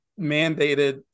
mandated